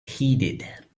heeded